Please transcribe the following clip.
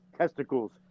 testicles